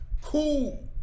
Cool